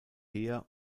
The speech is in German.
heer